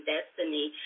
Destiny